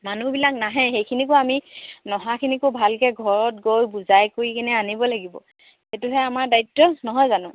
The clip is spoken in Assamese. মানুহবিলাক নাহে সেইখিনিকো আমি নহাখিনিকো ভালকৈ ঘৰত গৈ বুজাই কৰি কিনে আনিব লাগিব সেইটোহে আমাৰ দায়িত্ব নহয় জানো